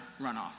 runoff